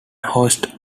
hosts